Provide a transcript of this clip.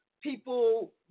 people